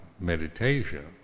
meditation